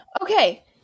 Okay